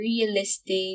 realistic